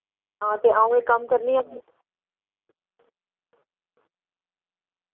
हां ते अ'ऊं इक कम्म करनी आं